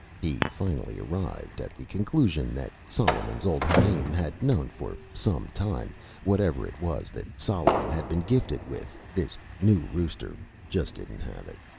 he finally arrived at the conclusion that solomon's old harem had known for some time whatever it was that solomon had been gifted with, this new rooster just didn't have it.